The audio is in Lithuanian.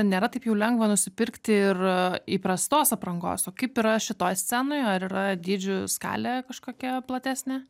nėra taip jau lengva nusipirkti ir įprastos aprangos o kaip yra šitoj scenoj ar yra dydžių skalė kažkokia platesnė